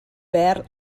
pearl